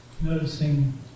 noticing